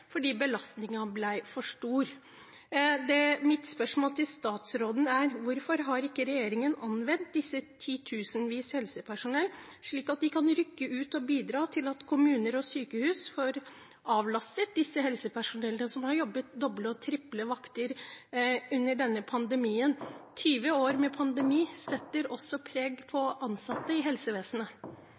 fordi belastningen ble for stor. Mitt spørsmål til statsråden er: Hvorfor har ikke regjeringen anvendt disse titusenvis av helsearbeiderne, slik at de kan rykke ut og bidra til at kommuner og sykehus får avlastet helsepersonell som har jobbet doble og triple vakter under denne pandemien? 20 år med pandemi setter også preg på ansatte i helsevesenet.